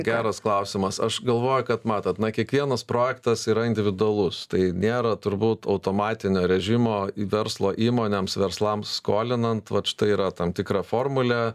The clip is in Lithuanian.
geras klausimas aš galvoju kad matot na kiekvienas projektas yra individualus tai nėra turbūt automatinio režimo verslo įmonėms verslams skolinant vat štai yra tam tikra formulė